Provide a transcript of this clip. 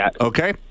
Okay